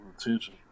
attention